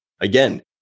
again